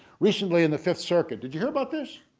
recently in the fifth circuit, did you hear about this?